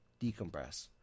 decompress